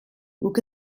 guk